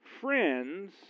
friends